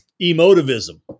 emotivism